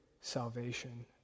salvation